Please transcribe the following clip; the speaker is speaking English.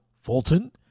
Fulton